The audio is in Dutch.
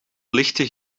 lichten